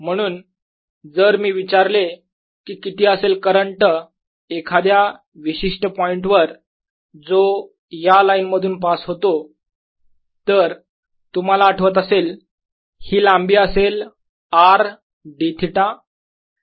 म्हणून जर मी विचारले कि किती असेल करंट एखाद्या विशिष्ट पॉईंटवर जो या लाईन मधून पास होतो तर तुम्हाला आठवत असेल ही लांबी असेल R dӨ